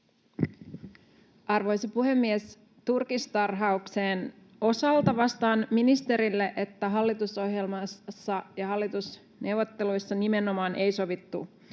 Arvoisa puhemies! Turkistarhauksen osalta vastaan ministerille, että hallitusohjelmassa ja hallitusneuvotteluissa nimenomaan ei sovittu